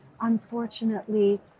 Unfortunately